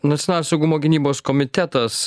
nacionalinio saugumo gynybos komitetas